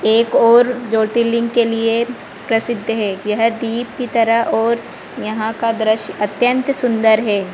एक और ज्योतिर्लिंग के लिए प्रसिद्ध है यह दीप की तरह और यहाँ का दृश्य अत्यंत सुंदर है